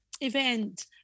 event